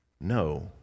No